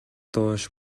доош